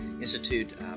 Institute